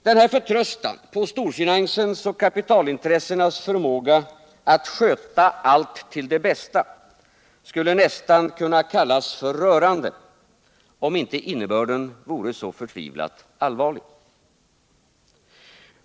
Denna förtröstan på storfinansens och kapitalintressenas förmåga att sköta allt till det bästa skulle nästan kunna kallas för rörande, om inte innebörden vore så förtvivlat allvarlig.